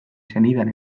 zenidan